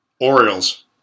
Orioles